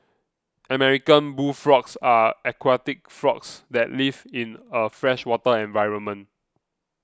American bullfrogs are aquatic frogs that live in a freshwater environment